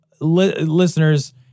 listeners